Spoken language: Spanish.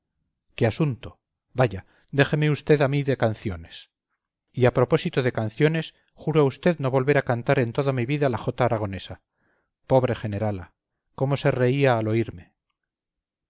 qué asunto vaya déjeme usted a mi de canciones y a propósito de canciones juro a usted no volver a cantar en toda mi vida la jota aragonesa pobre generala cómo se reía al oírme